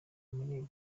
muri